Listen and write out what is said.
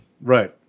Right